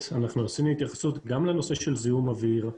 אנחנו עשינו התייחסות גם לנושא של זיהום אוויר,